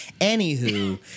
anywho